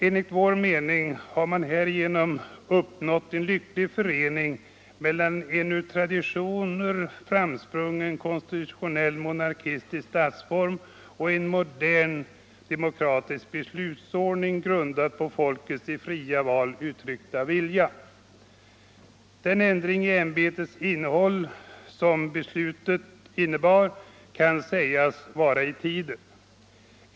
Enligt vår mening har man härigenom uppnått en lycklig förening mellan en ur traditioner framsprungen konstitutionell monarkisk statsform och en modern demokratisk beslutsordning, grundad på folkets i fria val uttryckta vilja. Den ändring i ämbetets innehåll som beslutet också innebar kan sägas vara i tiden.